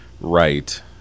right